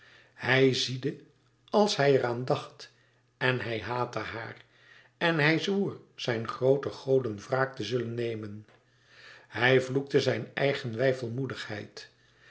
hij ziedde als hij er aan dacht en hij haatte haar en hij zwoer zijn groote goden wraak te zullen nemen hij vloekte zijn eigen